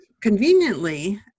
conveniently